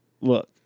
look